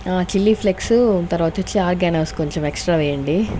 chilli flakes తర్వాతొచ్చి oreganos కొంచెం extra వేయండి